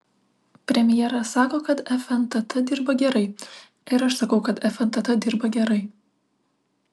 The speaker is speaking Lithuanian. premjeras sako kad fntt dirba gerai ir aš sakau kad fntt dirba gerai